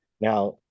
Now